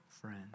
friend